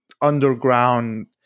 underground